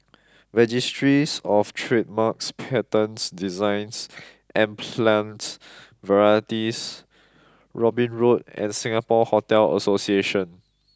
registries of Trademarks Patents Designs and Plant Varieties Robin Road and Singapore Hotel Association